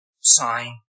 sign